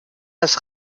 das